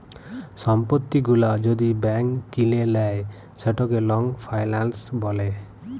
সম্পত্তি গুলা যদি ব্যাংক কিলে লেই সেটকে লং ফাইলাল্স ব্যলে